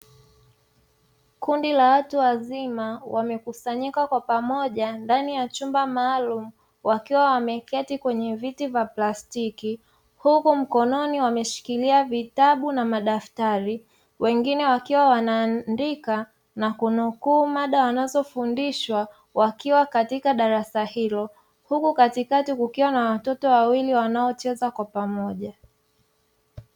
Kundi la watu wazima wamekusanyika kwa pamoja ndani ya chumba maalumu wakiwa wameketi kwenye viti vya plastiki. Huku mkononi wameshikilia vitabu na madaftari. Wengine wakiwa wanaandika na kunukuu mada wanazofundishwa wakiwa katika darasa hilo, huku katikati kukiwa na watoto wawili wanaocheza kwa pamoja.